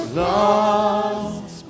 lost